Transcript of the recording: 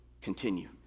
continue